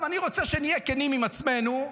אני רוצה שנהיה כנים עם עצמנו,